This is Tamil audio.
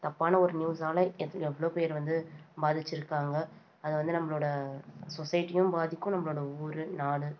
தப்பான ஒரு நியூஸ்னால எத் எவ்வளோ பேர் வந்து பாதிச்சிருக்காங்க அது வந்து நம்மளோட சொஸைட்டியையும் பாதிக்கும் நம்மளோட ஊர் நாடு